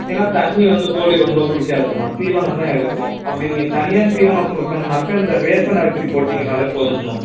ஏன்னா தண்ணி வந்து கோழி ரொம்ப குடிக்காதுங்கம்மா தீவனம் தான் எடுக்கும் அப்படி நீங்கள் தனியாக தீவனம் கொடுக்கணுன்னாக்கா இந்த ரேஷன் அரிசி போட்டீங்கன்னாலே போதுங்கம்மா